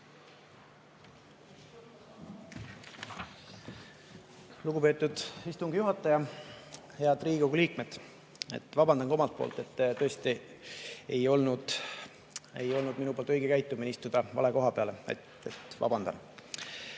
Lugupeetud istungi juhataja! Head Riigikogu liikmed! Vabandan ka omalt poolt, et tõesti ei olnud minu poolt õige käitumine istuda vale koha peale. Vabandan!